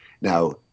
Now